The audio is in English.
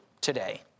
today